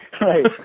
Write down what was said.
right